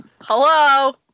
Hello